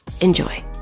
Enjoy